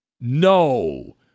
No